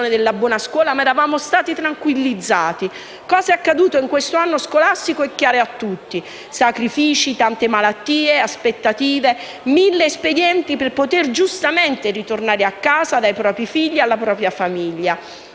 la discussione della riforma sulla buona scuola, ma eravamo stati tranquillizzati. Cosa è accaduto in questo anno scolastico è chiaro a tutti: sacrifici, tante malattie, aspettative, mille espedienti per poter giustamente ritornare a casa, ai propri figli e alla propria famiglia.